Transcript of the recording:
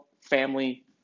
family